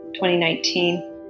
2019